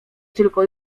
tylko